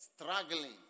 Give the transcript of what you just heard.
Struggling